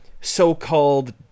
so-called